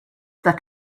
that